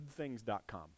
goodthings.com